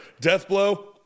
Deathblow